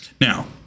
now